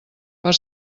per